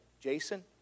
Jason